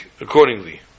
accordingly